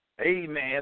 Amen